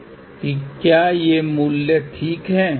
तो मूल्य पढ़ें इसलिए आप मूल्य को इस रूप में पढ़ सकते हैं